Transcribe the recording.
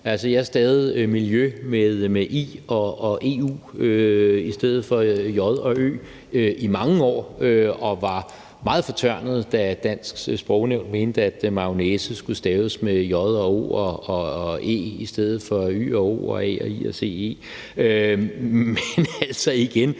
Jeg stavede miljø med i og e og u i stedet for j og ø i mange år og var meget fortørnet, da Dansk Sprognævn mente, at mayonnaise skulle staves med j og o og æ og i stedet for y og o og a og i og s